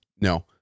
No